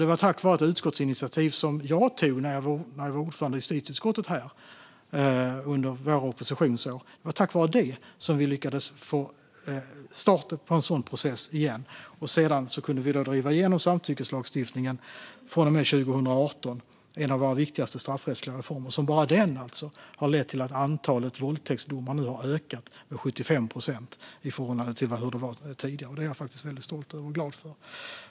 Tack vare ett utskottsinitiativ som jag tog när jag var ordförande i justitieutskottet under våra oppositionsår lyckades vi starta en sådan process igen. Sedan kunde vi driva igenom samtyckeslagstiftningen från och med 2018, en av våra viktigaste straffrättsliga reformer som bara den alltså har lett till att antalet våldtäktsdomar nu har ökat med 75 procent i förhållande till hur det var tidigare. Det är jag faktiskt väldigt stolt och glad över.